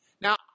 Now